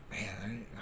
man